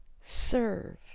Serve